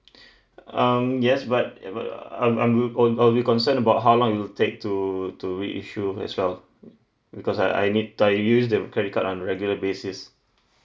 um yes but uh but I'm I'm will I'll I'll be concern about how long it'll take to to reissue as well because I I need I use that credit card on regular basis